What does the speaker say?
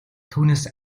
түүнээс